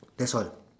that's all